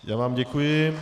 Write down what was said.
Já vám děkuji.